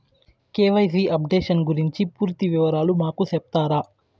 KYC updation గురించి పూర్తి వివరాలు మాకు సెప్తారా?